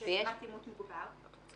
מבחינת אימות מוגבר.